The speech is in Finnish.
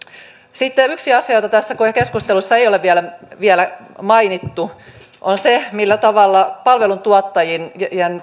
sitten yksi asia jota tässä keskustelussa ei ole vielä vielä mainittu on se millä tavalla palveluntuottajien